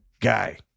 Guy